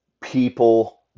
people